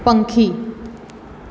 પંખી